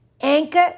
Anchor